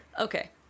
okay